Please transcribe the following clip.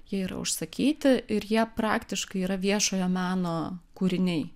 jie yra užsakyti ir jie praktiškai yra viešojo meno kūriniai